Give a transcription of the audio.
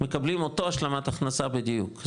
מקבלים את אותה השלמת הכנסה בדיוק.